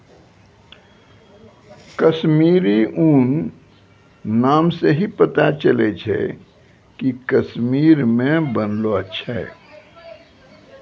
कश्मीरी ऊन नाम से ही पता चलै छै कि कश्मीर मे बनलो छै